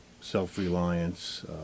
self-reliance